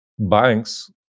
banks